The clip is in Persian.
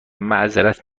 معذرت